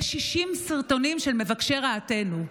יש 60 סרטונים של מבקשי רעתנו.